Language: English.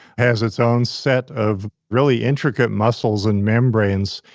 has its own set of really intricate muscles and membranes,